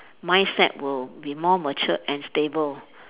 mindset will be more mature and stable